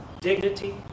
dignity